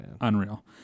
unreal